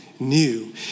new